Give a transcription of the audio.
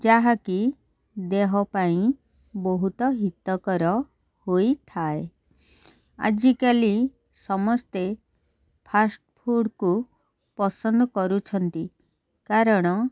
ଯାହାକି ଦେହ ପାଇଁ ବହୁତ ହିତକର ହୋଇଥାଏ ଆଜିକାଲି ସମସ୍ତେ ଫାର୍ଷ୍ଟଫୁଡ଼୍କୁ ପସନ୍ଦ କରୁଛନ୍ତି କାରଣ